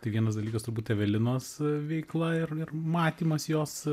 tai vienas dalykas turbūt evelinos veikla ir matymas jos